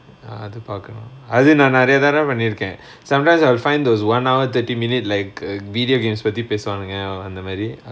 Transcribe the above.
அது பாக்கணும் அது நா நெறய தடவ பண்ணிருக்கேன்:athu paakanum athu naa neraya thadava pannirukaen sometimes I will find those one hour thirty minute like a video games பத்தி பேசுவானுங்க அந்தமாரி:pathi pesuvaanunga anthamaari